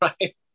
Right